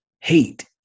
hate